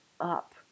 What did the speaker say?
up